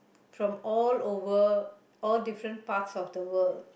from all over all difference parts of the world